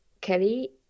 Kelly